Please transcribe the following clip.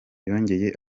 yongeye